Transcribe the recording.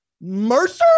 Mercer